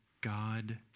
God